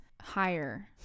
higher